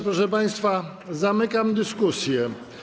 Proszę państwa, zamykam dyskusję.